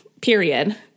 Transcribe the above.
period